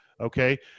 okay